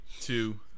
two